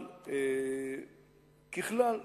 אבל ככלל,